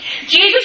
Jesus